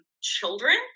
children